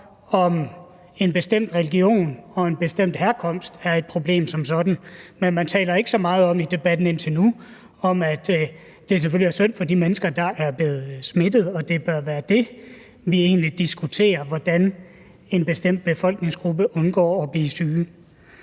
om en bestemt religion og en bestemt herkomst er et problem som sådan, men man har ikke talt så meget om i debatten indtil nu, at det selvfølgelig er synd for de mennesker, der er blevet smittet, og at det bør være det, vi egentlig diskuterer, altså hvordan en bestemt befolkningsgruppe undgår at blive syge.